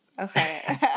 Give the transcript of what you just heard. Okay